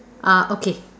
ah okay